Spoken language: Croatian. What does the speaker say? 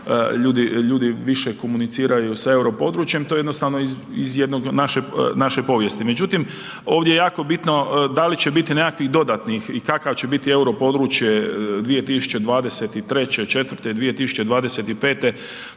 ljudi više komuniciraju sa euro područjem. To je jednostavno iz naše povijesti. Međutim, ovdje je jako bitno da li će biti nekakvih dodatnih i kakav će biti euro područje 2023., '24., '25.